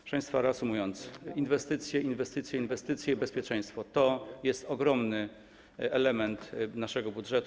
Proszę państwa, reasumując, inwestycje, inwestycje, inwestycje i bezpieczeństwo - to jest ogromny element naszego budżetu.